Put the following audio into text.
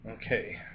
Okay